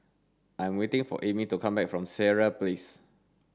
I'm waiting for Aimee to come back from Sireh Place